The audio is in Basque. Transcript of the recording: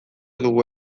dugu